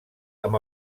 amb